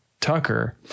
Tucker